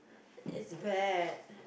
is bad